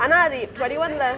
ஆனா அது:aana athu twenty one